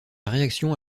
réaction